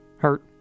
Hurt